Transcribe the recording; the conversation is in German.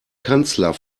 kanzler